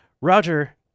Roger